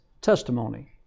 testimony